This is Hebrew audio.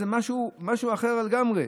זה משהו אחר לגמרי.